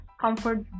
comfort